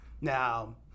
Now